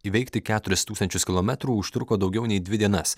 įveikti keturis tūkstančius kilometrų užtruko daugiau nei dvi dienas